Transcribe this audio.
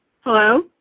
Hello